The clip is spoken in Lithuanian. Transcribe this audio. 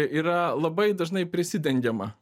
yra labai dažnai prisidengiama